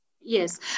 Yes